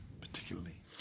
particularly